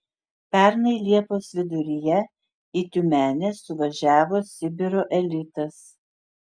pernai liepos viduryje į tiumenę suvažiavo sibiro elitas